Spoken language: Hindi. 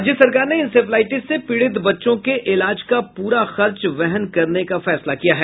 राज्य सरकार ने इंसेफ्लाईटिस से पीड़ित बच्चों के इलाज का पूरा खर्च वहन करने का फैसला किया है